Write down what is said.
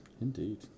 indeed